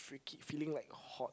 freaky feeling like hot